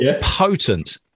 potent